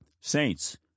Saints